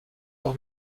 auch